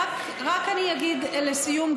רק אני אגיד לסיום,